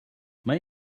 may